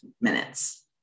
minutes